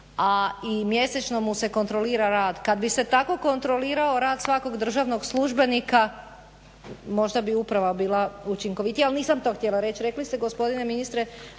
a i mjesečno mu se kontrolira rad. Kad bi se tako kontrolirao rad svakog državnog službenika možda bi uprava bila učinkovitija, ali nisam to htjela reći. Rekli ste gospodine ministre